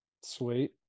Sweet